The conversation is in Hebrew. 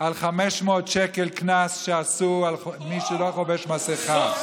על 500 שקל קנס שעשו על מי שלא חובש מסכה.